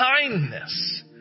kindness